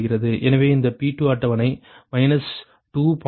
எனவே இந்த P2 அட்டவணை 2